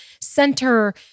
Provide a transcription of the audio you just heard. center